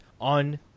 on